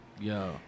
Yo